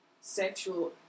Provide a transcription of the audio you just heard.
sexual